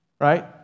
Right